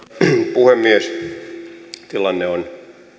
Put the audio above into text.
puhemies tilanne on